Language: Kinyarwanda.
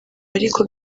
ariko